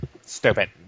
Stupid